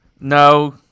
No